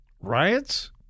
Riots